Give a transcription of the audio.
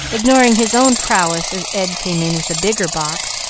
ignoring his own prowess as ed came in with a bigger box,